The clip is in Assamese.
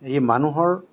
এই মানুহৰ